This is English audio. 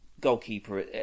goalkeeper